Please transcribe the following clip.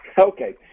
okay